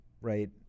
Right